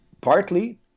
partly